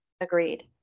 Agreed